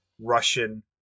Russian